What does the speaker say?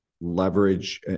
leverage